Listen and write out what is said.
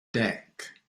deck